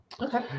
okay